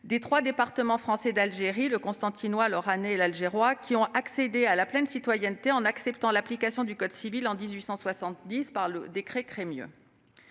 des trois départements français d'Algérie- le Constantinois, l'Oranais, l'Algérois -ont accédé à la pleine citoyenneté en acceptant l'application code civil en 1870, par le décret Crémieux.